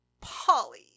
Polly